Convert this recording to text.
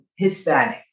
Hispanics